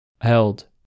Held